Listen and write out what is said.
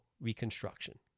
reconstruction